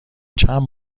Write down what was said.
چند